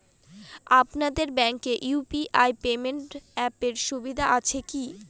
আপনাদের ব্যাঙ্কে UPI payment অ্যাপের সুবিধা আছে কি?